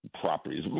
properties